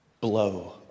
blow